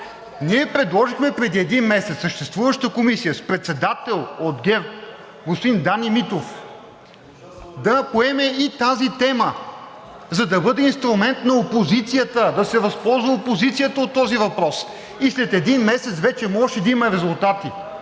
Ние предложихме преди един месец съществуваща комисия с председател от ГЕРБ – господин Даниел Митов, да поеме и тази тема, за да бъде инструмент на опозицията, да се възползва опозицията от този въпрос и след един месец вече можеше да има резултати.